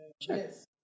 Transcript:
Yes